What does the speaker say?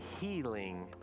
healing